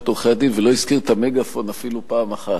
עורכי-הדין ולא הזכיר את המגאפון אפילו פעם אחת.